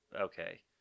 Okay